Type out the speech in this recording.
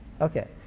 Okay